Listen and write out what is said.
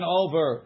over